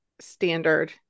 standard